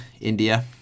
india